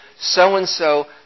so-and-so